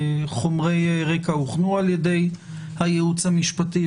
חומרי רקע הוכנו על ידי הייעוץ המשפטי,